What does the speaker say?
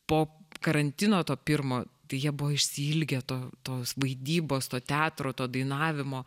po karantino to pirmo tai jie buvo išsiilgę to tos vaidybos to teatro to dainavimo